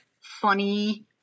funny